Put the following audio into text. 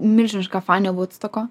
milžiniška fanė vudstoko